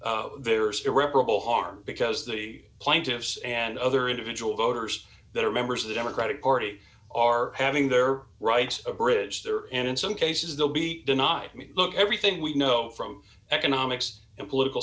case there is irreparable harm because the plaintiffs and other individual voters that are members of the democratic party are having their rights abridge there and in some cases they'll be denied i mean look everything we know from economics and political